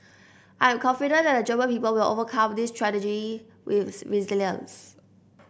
I am confident that the German people will overcome this tragedy with resilience